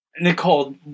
Nicole